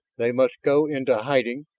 they must go into hiding,